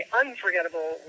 unforgettable